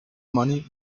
money